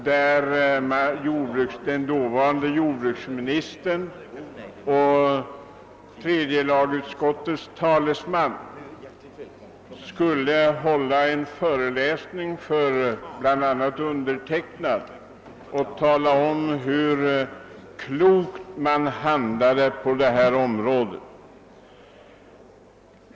Dåvarande jordbruksministern och tredje lagutskottets talesman talade under debatten i sina anföranden om hur klokt man handlade på detta område. Även jag var en av åhörarna och deltagare i debatten.